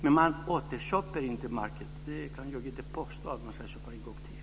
Men man återköper inte marken. Jag kan inte påstå att man ska köpa den en gång till.